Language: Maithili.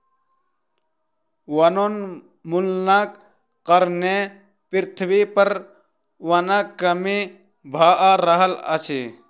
वनोन्मूलनक कारणें पृथ्वी पर वनक कमी भअ रहल अछि